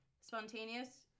Spontaneous